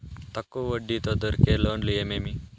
తక్కువ వడ్డీ తో దొరికే లోన్లు ఏమేమి